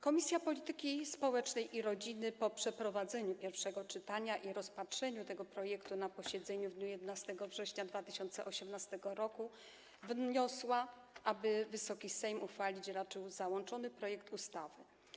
Komisja Polityki Społecznej i Rodziny po przeprowadzeniu pierwszego czytania i rozpatrzeniu tego projektu na posiedzeniu w dniu 11 września 2018 r. wnosi, aby Wysoki Sejm uchwalić raczył załączony projekt ustawy.